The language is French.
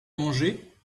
manger